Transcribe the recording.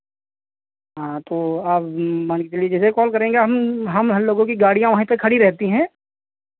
हाँ तो अब मान के लीजिए कि जैसे कॉल करेंगे आप हम हम लोगों कि गाड़ियां वहीं पे खड़ी रहती हैं